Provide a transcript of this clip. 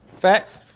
Facts